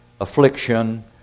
affliction